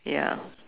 ya